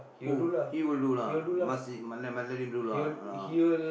who he will do lah must see must must let him do lah ah